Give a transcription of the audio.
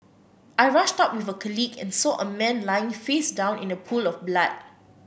I rushed out with a colleague and saw a man lying face down in a pool of blood